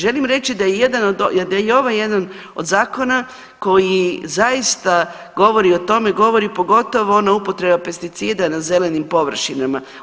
Želim reći da je i ovo jedan od zakona koji zaista govori o tome, govori pogotovo ona upotreba pesticida na zelenim površinama.